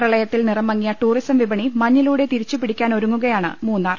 പ്രളയത്തിൽ നിറംമങ്ങിയ ടൂറിസം വിപണി മഞ്ഞിലൂടെ തിരിച്ചു പിടിക്കാനൊരുങ്ങുകയാണ് മൂന്നാർ